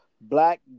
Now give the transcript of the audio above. black